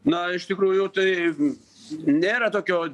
na iš tikrųjų tai nėra tokio